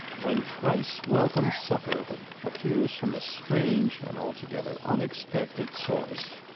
when thrice welcome succor appears from a strange and altogether unexpected source.